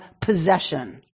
possession